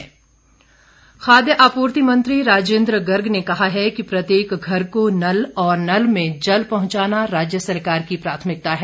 राजेंद्र गर्ग खाद्य आपूर्ति मंत्री राजेंद्र गर्ग ने कहा है कि प्रत्येक घर को नल और नल में जल पहुंचाना राज्य सरकार की प्राथमिकता है